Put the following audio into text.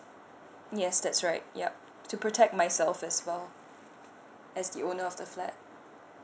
yes that's right yup to protect myself as well as the owner of the flat